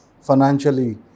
financially